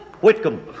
Whitcomb